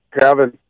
Kevin